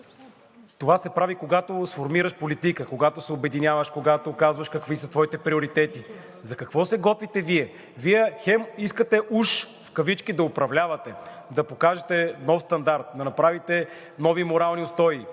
Това се прави, когато сформираш политика, когато се обединяваш, когато казваш какви са твоите приоритети. За какво се готвите Вие? Вие хем искате уж в кавички да управлявате, да покажете нов стандарт, да направите нови морални устои,